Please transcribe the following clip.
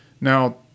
Now